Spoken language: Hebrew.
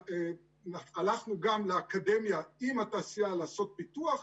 הלכנו גם לאקדמיה עם התעשייה לעשות פיתוח.